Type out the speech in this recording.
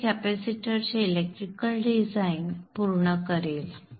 तर हे कॅपेसिटरचे इलेक्ट्रिकल डिझाइन पूर्ण करेल